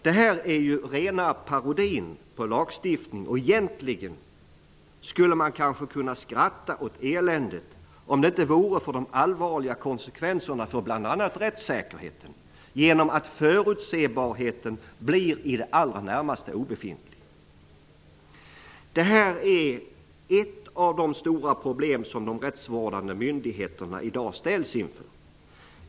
Det här är ju rena parodin på lagstiftning och egentligen skulle man kanske kunna skratta åt eländet om det inte vore för de allvarliga konsekvenserna för bl.a. rättssäkerheten genom att förutsebarheten blir i det allra närmaste obefintlig. Det här är ett av de stora problem som de rättsvårdande myndigheterna i dag ställs inför.